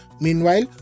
Meanwhile